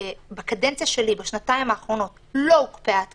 בקדנציה שלי, בשנתיים האחרונות לא הוקפאה תקינה,